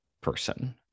person